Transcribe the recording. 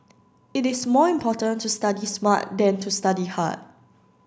it is more important to study smart than to study hard